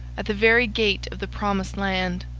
at the very gate of the promised land,